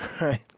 Right